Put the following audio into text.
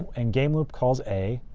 and gameloop calls a.